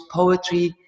poetry